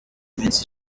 minsi